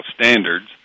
standards